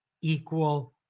equal